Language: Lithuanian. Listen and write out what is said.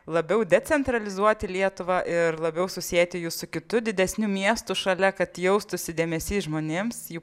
labiau decentralizuoti lietuvą ir labiau susieti jus su kitu didesniu miestu šalia kad jaustųsi dėmesy žmonėms jų